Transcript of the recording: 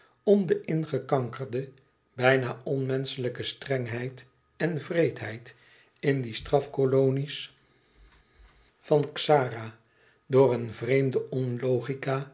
om de ingekankerde bijna onmenschelijke strengheid en wreedheid in die strafkolonie's van xara door een vreemde onlogica